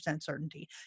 certainty